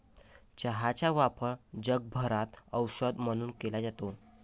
चहाचा वापर जगभरात औषध म्हणून केला जातो